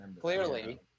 Clearly